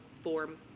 form